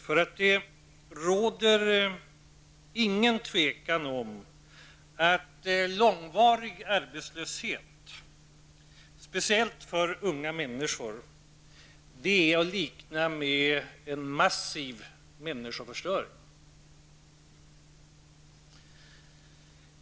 För det råder inget tvivel om att långvarig arbetslöshet, speciellt för unga människor, är att likna vid en massiv människoförstöring.